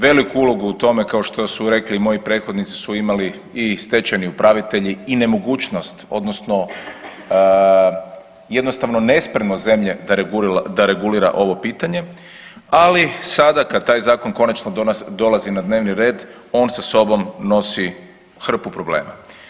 Veliku ulogu u tome kao što su rekli i moji prethodnici su imali i stečajni upravitelji i nemogućnost odnosno jednostavno nespremnost zemlje da regulira ovo pitanje, ali sada kad taj zakon konačno dolazi na dnevni red on sa sobom nosi hrpu problema.